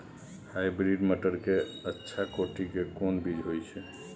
Hybrid मटर के अच्छा कोटि के कोन बीज होय छै?